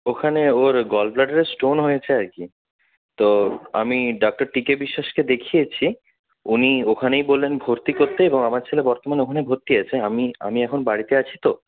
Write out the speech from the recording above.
ওখানে ওর গলব্লাডারে স্টোন হয়েছে আর কি তো আমি ডক্টর টি কে বিশ্বাসকে দেখিয়েছি উনি ওখানেই বললেন ভর্তি করতে এবং আমার ছেলে বর্তমানে ওখানেই ভর্তি আছে আমি আমি এখন বাড়িতে আছি তো